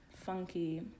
funky